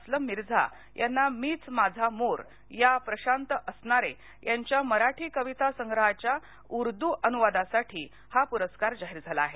अस्लम मिर्झा यांना मीच माझा मोर या प्रशांत असनारे यांच्या मराठी कविता संग्रहाच्या उर्दू अनुवादासाठी हा पुरस्कार जाहीर झाला आहे